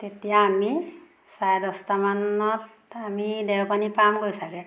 তেতিয়া আমি চাৰে দহটামানত আমি দেওপানী পামগৈ ছাগৈ